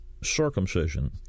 circumcision